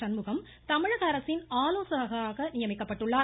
சண்முகம் தமிழகஅரசின் ஆலோசகராக நியமிக்கப்பட்டுள்ளார்